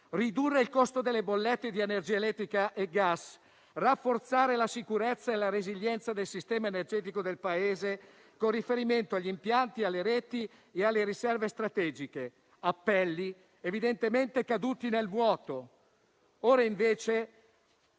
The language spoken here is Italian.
ridurre il costo delle bollette di energia elettrica e gas; rafforzare la sicurezza e la resilienza del sistema energetico del Paese con riferimento agli impianti, alle reti e alle riserve strategiche». Appelli evidentemente caduti nel vuoto. Ora, invece,